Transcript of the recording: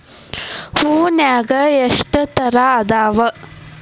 ಹೂನ್ಯಾಗ ಎಷ್ಟ ತರಾ ಅದಾವ್?